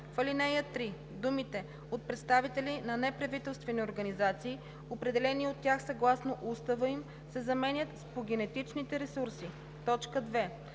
В ал. 3 думите „от представители на неправителствени организации, определени от тях съгласно устава им“ се заменят с „по генетични ресурси“. 2.